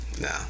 No